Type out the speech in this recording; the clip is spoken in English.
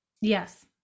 Yes